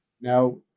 Now